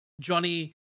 Johnny